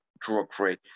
drug-free